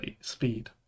speed